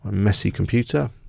messy computer.